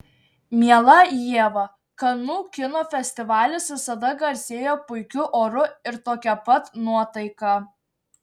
miela ieva kanų kino festivalis visada garsėjo puikiu oru ir tokia pat nuotaika